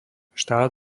štát